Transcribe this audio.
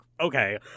okay